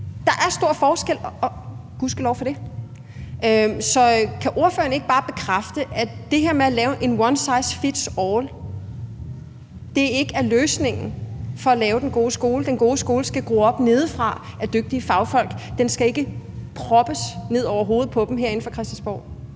Der er stor forskel – og gudskelov for det. Så kan ordføreren ikke bare bekræfte, at det her med at lave en one size fits all ikke er løsningen på at lave den gode skole? Den gode skole skal gro op nedefra ved hjælp af dygtige fagfolk; den skal ikke proppes ned over hovedet på dem herinde fra Christiansborg.